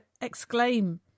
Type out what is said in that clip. exclaim